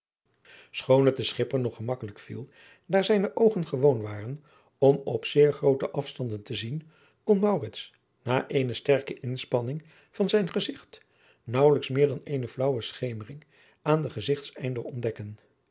het den schipper nog gemakkelijk viel daar adriaan loosjes pzn het leven van maurits lijnslager zijne oogen gewoon waren om op zeer groote afstanden te zien kon maurits na eene sterke inspanning van zijn gezigt naauwelijks meer dan eene flaauwe schemering aan den gezigteinder ontdekken